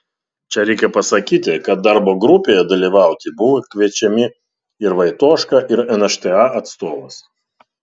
čia reikia pasakyti kad darbo grupėje dalyvauti buvo kviečiami ir vaitoška ir nšta atstovas